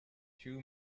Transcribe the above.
two